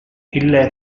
ille